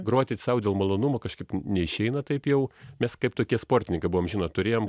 groti sau dėl malonumo kažkaip neišeina taip jau mes kaip tokie sportininkai buvom žinot turėjom